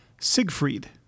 Siegfried